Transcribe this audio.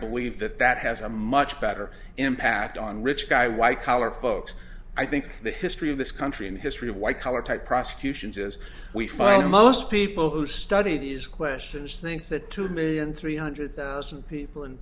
believe that that has a much better impact on rich guy white collar folks i think the history of this country in the history of white collar type prosecutions is we find most people who study these questions think that two million three hundred thousand people in